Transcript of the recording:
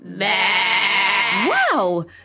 Wow